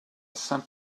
saint